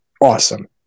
awesome